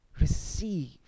Receive